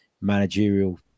managerial